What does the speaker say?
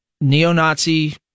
neo-Nazi